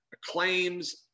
claims